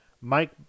Mike